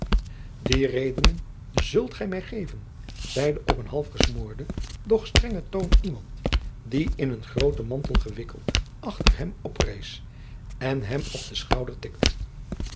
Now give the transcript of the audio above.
die redenen zult ge mij geven zeide op een half gesmoorden doch strengen toon iemand die in een grooten mantel gewikkeld achter hem oprees en hem op den schouder tikte